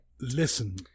Listen